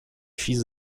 fils